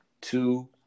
Two